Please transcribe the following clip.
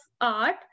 art